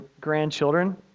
grandchildren